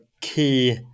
key